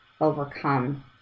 overcome